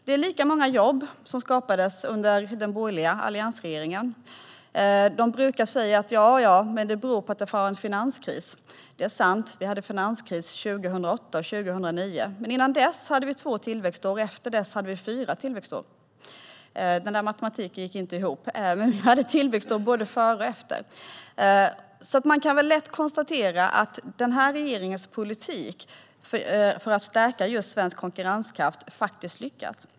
Det är lika många jobb som skapades under den borgerliga alliansregeringen. Man brukar säga att det beror på att det har varit finanskris. Det är sant. Vi hade en finanskris 2008 och 2009. Men innan dess var det två tillväxtår, och efter det var det fyra tillväxtår. Den matematiken gick inte ihop. Den här regeringens politik för att stärka svensk konkurrenskraft har faktiskt lyckats.